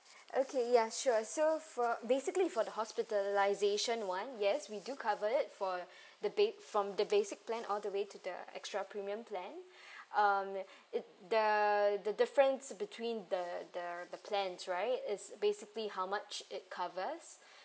okay ya sure so for basically for the hospitalisation [one] yes we do covered for the bed from the basic plan all the way to the extra premium plan um it the the difference between the the the plans right it's basically how much it covers